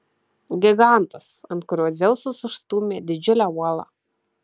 gigantas ant kurio dzeusas užstūmė didžiulę uolą